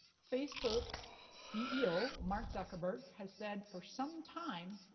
facebook ceo, mark zuckerberg, has said for some time,